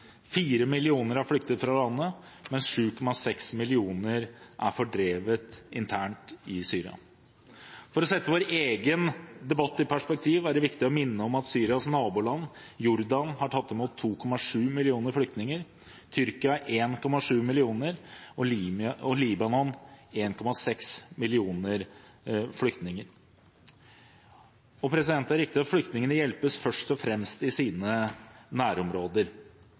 millioner har flyktet fra landet, mens 7,6 millioner er fordrevet internt i Syria. For å sette vår egen debatt i perspektiv er det viktig å minne om at Syrias naboland, Jordan, har tatt imot 2,7 millioner flyktninger, Tyrkia 1,7 millioner og Libanon 1,6 millioner flyktninger. Det er riktig at flyktningene hjelpes først og fremst i sine nærområder,